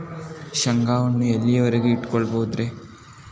ಶೇಂಗಾವನ್ನು ಎಲ್ಲಿಯವರೆಗೂ ಇಟ್ಟು ಕೊಳ್ಳಬಹುದು ರೇ?